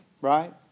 right